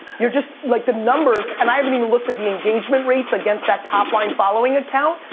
you're just, like the numbers, and i haven't even looked at the engagement rates against that top line following count.